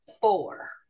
four